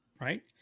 Right